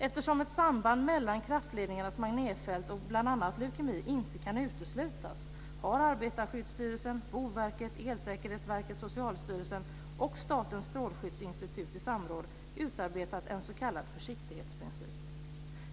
Eftersom ett samband mellan kraftledningarnas magnetfält och bl.a. leukemi inte kan uteslutas har Socialstyrelsen och Statens strålskyddsinstitut i samråd utarbetat en s.k. försiktighetsprincip.